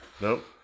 Nope